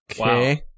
Okay